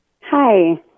Hi